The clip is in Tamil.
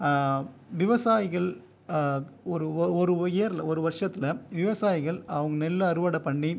விவசாயிகள் ஒரு ஒரு உயர் ஒரு வருஷத்தில் விவசாயிகள் அவங்க நெல் அறுவடை பண்ணி